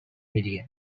million